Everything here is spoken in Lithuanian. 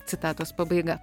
citatos pabaiga